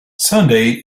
sunday